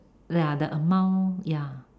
ya the amount ya